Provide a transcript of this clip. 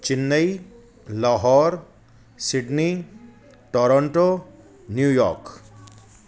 Chennai Lahore Sydney Toronto New York